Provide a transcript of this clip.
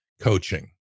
coaching